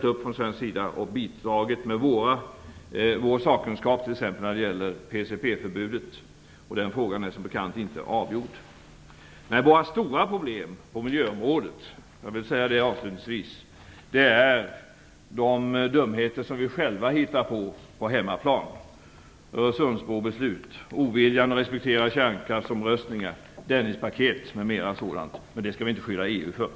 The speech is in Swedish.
Vi har från svensk sida ställt upp och bidragit med vår sakkunskap, speciellt när det gäller PCB-förbudet. Den frågan är, som bekant, inte avgjord. Avslutningsvis: Våra stora problem på miljöområdet är de dumheter som vi själva på hemmaplan hittar på: Öresundsbrobeslut, ovilja att respektera kärnkraftsomröstningen, Dennispaket m.m. Men där skall vi inte skylla på EU.